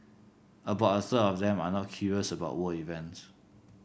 about a third of them are not curious about world events